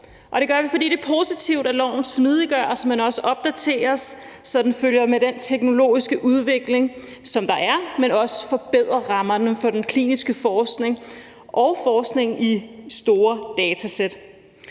det gør vi, fordi det er positivt, at loven smidiggøres, men også opdateres, så den følger med den teknologiske udvikling, som der er, men også forbedrer rammerne for den kliniske forskning og forskning i store datasæt.